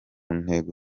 ntego